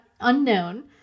unknown